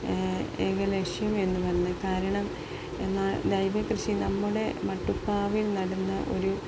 ഏക ലക്ഷ്യമെന്ന് വന്നു കാരണം എന്നാൽ ജൈവകൃഷി നമ്മുടെ മട്ടുപ്പാവിൽ നടുന്ന ഒരു